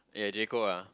oh yeah J-Co ah